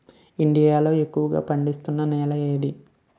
India లో ఎక్కువ పండిస్తున్నా నేల ఏది?